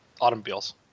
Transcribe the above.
automobiles